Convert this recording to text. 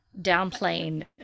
downplaying